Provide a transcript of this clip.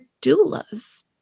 doulas